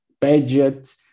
budget